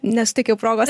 nesuteikiau progos